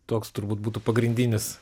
toks turbūt būtų pagrindinis